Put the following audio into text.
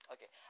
Okay